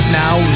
now